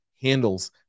handles